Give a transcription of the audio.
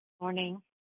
Morning